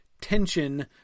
tension